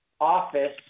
office